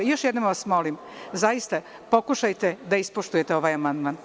Još jednom vas molim da pokušate da ispoštujete ovaj amandman.